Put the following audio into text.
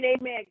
Amen